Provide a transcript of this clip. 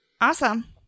Awesome